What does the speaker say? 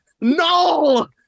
No